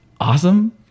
Awesome